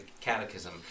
Catechism